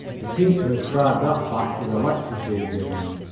the teacher ascribed that fact to the lecture she had given him.